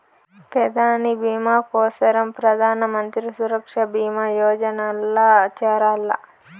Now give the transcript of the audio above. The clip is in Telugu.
పెదాని బీమా కోసరం ప్రధానమంత్రి సురక్ష బీమా యోజనల్ల చేరాల్ల